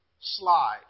slide